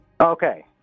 Okay